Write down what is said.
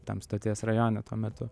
tam stoties rajone tuo metu